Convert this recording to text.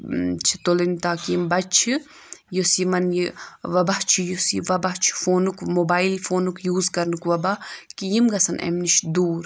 چھِ تُلٕنۍ تاکہِ یِم بَچہِ چھِ یُس یِمَن یہِ وَباہ چھُ یُس یہِ وَباہ چھُ فونُک موبایِل فونُک یوٗز کَرنُک وَباہ کہِ یِم گژھن اَمہِ نِش دوٗر